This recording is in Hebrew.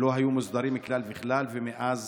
שלא היו מוסדרים כלל וכלל, ומאז